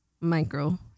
micro